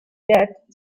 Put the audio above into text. that